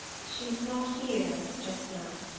she's not here just now.